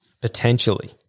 potentially